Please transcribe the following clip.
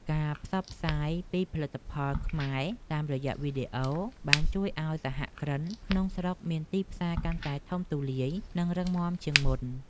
ការផ្សព្វផ្សាយពីផលិតផលខ្មែរតាមរយៈវីដេអូបានជួយឱ្យសហគ្រិនក្នុងស្រុកមានទីផ្សារកាន់តែធំទូលាយ និងរឹងមាំជាងមុន។